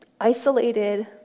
Isolated